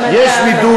אבל הזמן תם.